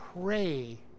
pray